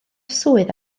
swydd